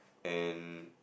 and